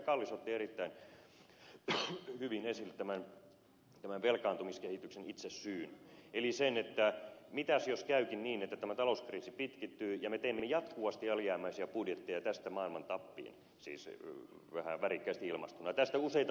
kallis otti erittäin hyvin esille tämän itse velkaantumiskehityksen syyn eli sen että mitäs jos käykin niin että tämä talouskriisi pitkittyy ja me teemme jatkuvasti alijäämäisiä budjetteja tästä maailman tappiin siis vähän värikkäästi ilmaistuna tästä useita vuosia eteenpäin